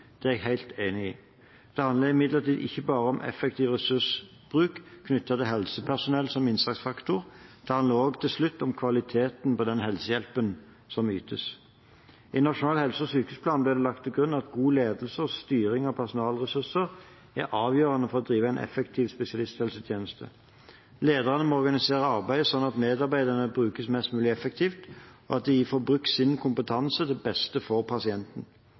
Dette er jeg helt enig i. Det handler imidlertid ikke bare om effektiv ressursbruk knyttet til helsepersonell som innsatsfaktor, det handler til slutt også om kvaliteten på den helsehjelpen som ytes. I Nasjonal helse- og sykehusplan ble det lagt til grunn at god ledelse og styring av personalressurser er avgjørende for å drive en effektiv spesialisthelsetjeneste. Lederne må organisere arbeidet slik at medarbeiderne brukes mest mulig effektivt, og at de får brukt sin kompetanse til beste for pasienten.